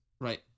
Right